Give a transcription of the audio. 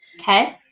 Okay